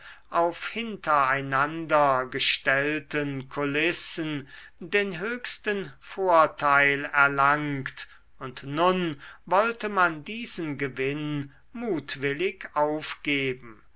auf hinter einander gestellten kulissen den höchsten vorteil erlangt und nun wollte man diesen gewinn mutwillig aufgeben